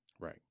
Right